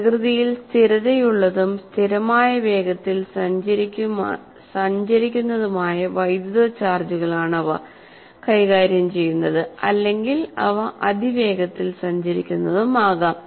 പ്രകൃതിയിൽ സ്ഥിരതയുള്ളതും സ്ഥിരമായ വേഗതയിൽ സഞ്ചരിക്കുന്നതുമായ വൈദ്യുത ചാർജുകളാണ് അവ കൈകാര്യം ചെയ്യുന്നത് അല്ലെങ്കിൽ അവ അതിവേഗത്തിൽ സഞ്ചരിക്കുന്നതുമാവാം